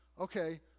okay